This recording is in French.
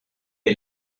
est